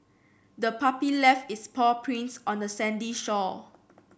the puppy left its paw prints on the sandy shore